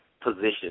position